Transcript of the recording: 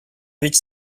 which